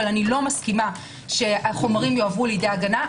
אבל לא שהחומרים יעברו לידי ההגנה.